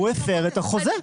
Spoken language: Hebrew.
והוא הפר את החוזה.